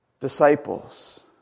disciples